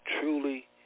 truly